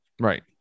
right